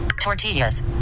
tortillas